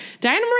Diana